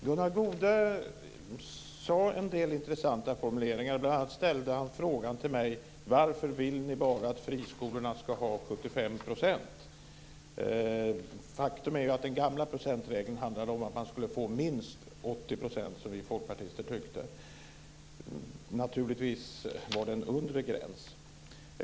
Herr talman! Gunnar Goude hade en del intressanta formuleringar, bl.a. ställde han frågan till mig: Varför vill ni att friskolorna bara ska ha 75 %? Faktum är att den gamla procentregeln handlade om att man skulle få minst 80 %, som vi folkpartister tyckte. Naturligtvis var det en undre gräns.